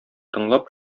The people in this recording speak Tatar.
тыңлап